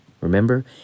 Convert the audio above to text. Remember